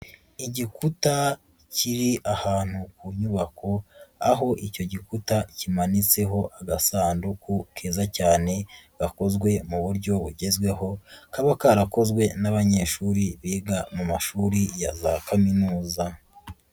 Igikuta kiri ahantu ku nyubako, aho icyo gikuta kimanitseho agasanduku keza cyane gakozwe mu buryo bugezweho, kaba karakozwe n'abanyeshuri biga mu mashuri ya za kaminuza.